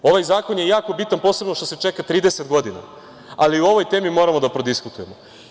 Ovaj zakon je jako bitan, posebno što se čeka 30 godina, ali i o ovoj temi moramo da prodiskutujemo.